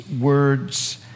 words